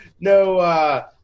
no